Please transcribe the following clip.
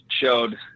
showed